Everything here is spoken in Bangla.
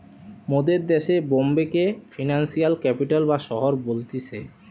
মোদের দেশে বোম্বে কে ফিনান্সিয়াল ক্যাপিটাল বা শহর বলতিছে